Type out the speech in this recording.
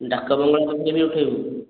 ଡାକ ବଙ୍ଗଳା ପାଖରେ ବି ଉଠେଇବୁ